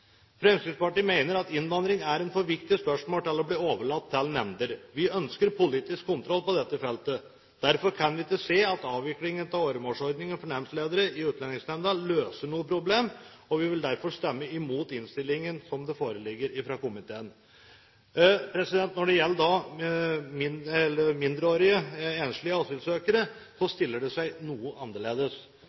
Fremskrittspartiet mener at innvandring er et for viktig spørsmål til å bli overlatt til nemnder. Vi ønsker politisk kontroll på dette feltet. Derfor kan vi ikke se at avviklingen av åremålsordningen for nemndledere i Utlendingsnemnda løser noe problem, og vi vil derfor stemme imot tilrådingen i innstillingen, som den foreligger fra komiteen. Når det gjelder enslige, mindreårige asylsøkere, stiller det seg noe annerledes.